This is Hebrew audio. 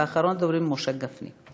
ואחרון הדוברים הוא משה גפני.